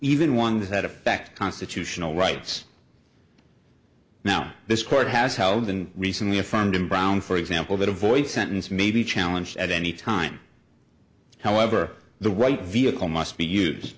even ones that affect constitutional rights now this court has held and recently affirmed brown for example that avoids sentence may be challenged at any time however the right vehicle must be use